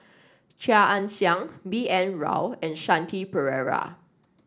Chia Ann Siang B N Rao and Shanti Pereira